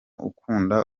ukunda